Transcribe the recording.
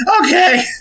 Okay